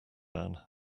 ann